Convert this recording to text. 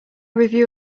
review